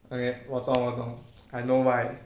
okay 我懂我懂 I know why